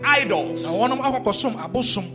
idols